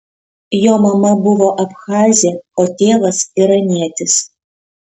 jo mama buvo abchazė o tėvas iranietis